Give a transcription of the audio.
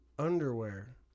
Underwear